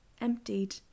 emptied